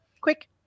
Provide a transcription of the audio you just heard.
Quick